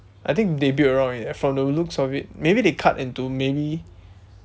I think they build around it eh from the looks of it maybe they cut into maybe